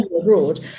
Abroad